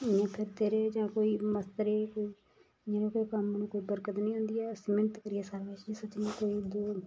इ'यां फिरदे रेह् जां कोई मस्त रेह् नेह् कम्म च कोई बरकत नी होंदी ऐ असें मैह्नत करियै सारा किश जियां कोई दूर